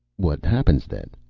what happens, then?